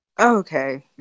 Okay